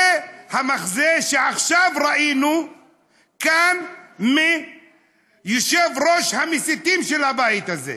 זה המחזה שעכשיו ראינו כאן מיושב-ראש המסיתים של הבית הזה.